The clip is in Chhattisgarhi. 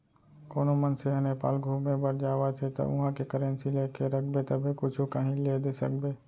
कोनो मनसे ह नेपाल घुमे बर जावत हे ता उहाँ के करेंसी लेके रखबे तभे कुछु काहीं ले दे सकबे